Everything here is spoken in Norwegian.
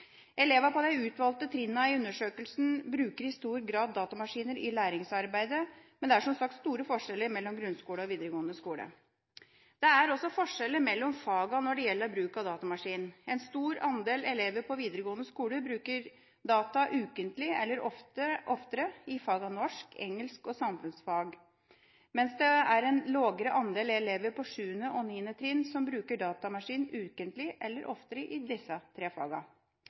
elever på videregående skole bruker data ukentlig eller oftere i fagene norsk, engelsk og samfunnsfag, mens det er en lavere andel elever på 7. og 9. trinn som bruker datamaskin ukentlig eller oftere i disse tre